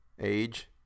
Age